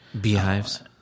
beehives